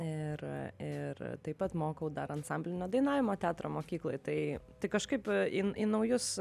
ir ir taip pat mokau dar ansamblinio dainavimo teatro mokykloje tai tai kažkaip in į naujus